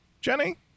Jenny